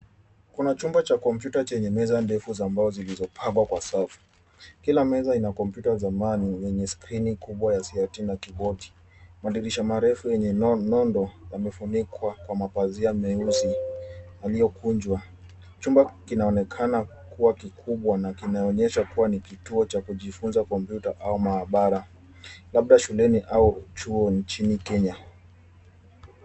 Kuna chumba cha kompyuta chenye meza ndefu za mbao zilzopangwa kwa safu. Kila meza ina komyuta ya zamani yenye skrini kubwa ya siati na kibodi. Madirisha marefu yenye mondo yamefunikwa kwa mapazia meusi yalyokunjwa. Chumba kinaonekana kuwa kikubwa na kinaonyesha kuwa ni kituo cha kujifunza kompyuta au maabara labda shuleni au chuo nchini Kenya.